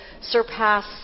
surpass